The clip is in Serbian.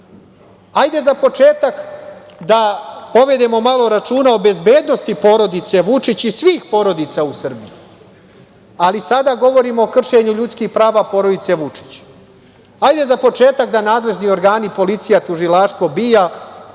za početak da povedemo malo računa o bezbednosti porodice Vučić i svih porodica u Srbiji. Ali, sada govorimo o kršenju ljudskih prava porodice Vučić. Hajde za početak da nadležni organi, policija, tužilaštvo,